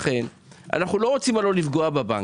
לכן אנו לא רוצים לפגוע בבנקים.